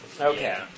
Okay